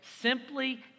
simply